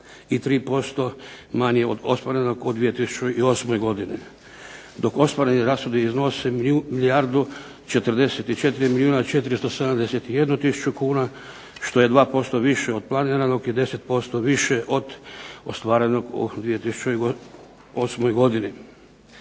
i 3% manje od ostvarenog u 2008. godini, dok ostvareni rashodi iznose milijardu 44 milijuna 471 tisuću kuna, što je 2% više od planiranog i 10% više od ostvarenog u 2008. godini.